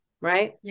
right